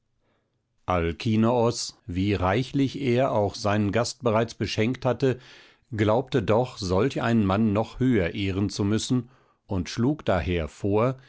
alkinoos wie reichlich er auch seinen gast bereits beschenkt hatte glaubte doch solch einen mann noch höher ehren zu müssen und schlug daher vor